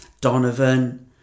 Donovan